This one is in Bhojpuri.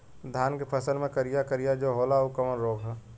धान के फसल मे करिया करिया जो होला ऊ कवन रोग ह?